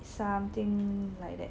something like that